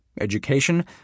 EDUCATION